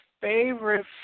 favorite